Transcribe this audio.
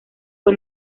fue